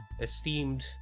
esteemed